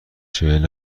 چهل